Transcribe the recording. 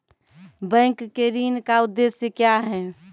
Bank के ऋण का उद्देश्य क्या हैं?